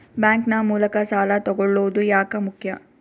Bank ನ ಮೂಲಕ ಸಾಲ ತಗೊಳ್ಳೋದು ಯಾಕ ಮುಖ್ಯ?